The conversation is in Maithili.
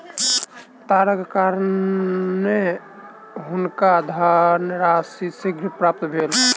तारक कारणेँ हुनका धनराशि शीघ्र प्राप्त भेल